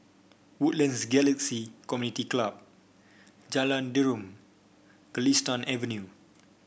Woodlands Galaxy Community Club Jalan Derum Galistan Avenue